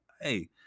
Hey